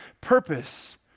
purpose